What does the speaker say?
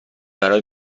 برای